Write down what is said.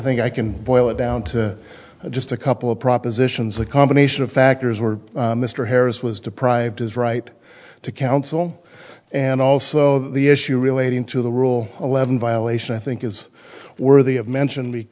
think i can boil it down to just a couple of propositions a combination of factors were mr harris was deprived his right to counsel and also the issue relating to the rule eleven violation i think is worthy of mention